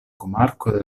komarko